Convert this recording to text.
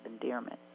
endearment